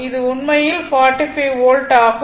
இது உண்மையில் 45 வோல்ட் ஆகும்